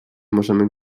możemy